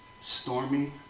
Stormy